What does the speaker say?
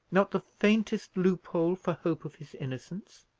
not the faintest loophole for hope of his innocence?